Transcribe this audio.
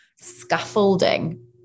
scaffolding